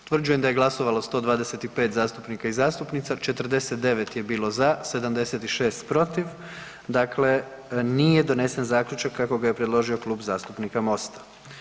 Utvrđujem da je glasovalo 125 zastupnika i zastupnica, 49 je bilo za, 76 protiv dakle nije donesen zaključak kako ga je predložio Klub zastupnika Mosta.